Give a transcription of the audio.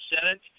Senate